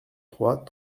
trois